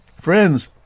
Friends